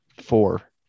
four